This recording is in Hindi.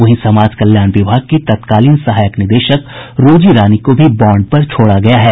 वहीं समाज कल्याण विभाग की तत्कालीन सहायक निदेशक रोजी रानी को भी बाँड पर छोड़ा गया है